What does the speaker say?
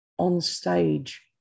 on-stage